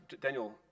Daniel